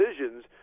decisions